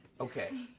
Okay